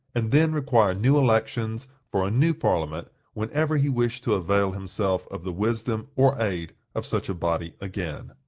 and then require new elections for a new parliament whenever he wished to avail himself of the wisdom or aid of such a body again.